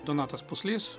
donatas puslys